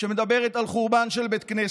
הייתה כזאת,